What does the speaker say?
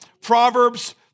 Proverbs